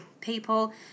people